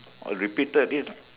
oh repeated this